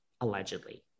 allegedly